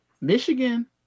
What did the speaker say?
michigan